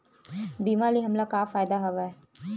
बीमा ले हमला का फ़ायदा हवय?